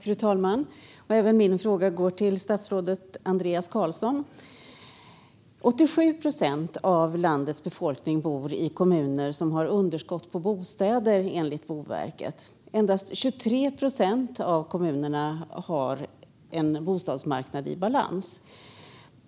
Fru talman! Även min fråga går till statsrådet Andreas Carlson. Av landets befolkning bor 87 procent i kommuner som har underskott på bostäder, enligt Boverket. Endast 23 procent av kommunerna har en bostadsmarknad i balans.